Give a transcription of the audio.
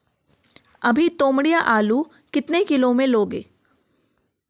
अभी तोमड़िया आलू पर किलो कितने में लोगे?